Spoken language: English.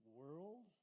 world